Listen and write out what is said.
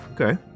Okay